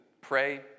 pray